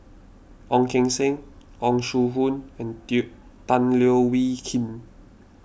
Ong Keng Sen Yong Shu Hoong and Tan Leo Wee Hin